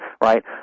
right